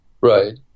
Right